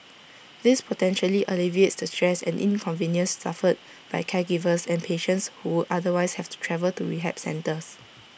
this potentially alleviates stress and inconvenience suffered by caregivers and patients who would otherwise have to travel to rehab centres